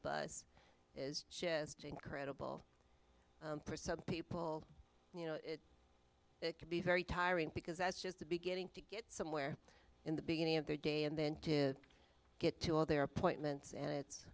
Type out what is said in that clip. bus is just incredible for some people you know it can be very tiring because that's just the beginning to get somewhere in the beginning of their day and then to get to all their appointments and it's